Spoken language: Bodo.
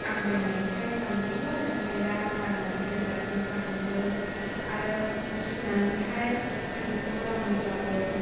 आं बायनानैहाय लांदोंमोन ओमफ्राय दा आं गाननानैहाय बिराद मोजां मोन्दों आरो सुनानैहाय सान्दुंआव लामोब्लाबो